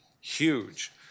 Huge